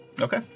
Okay